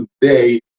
today